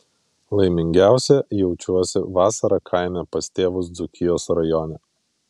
laimingiausia jaučiuosi vasarą kaime pas tėvus dzūkijos rajone